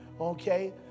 okay